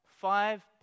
five